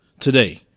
Today